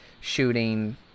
shooting